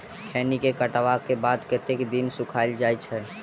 खैनी केँ काटला केँ बाद कतेक दिन सुखाइल जाय छैय?